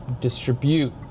distribute